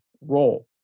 role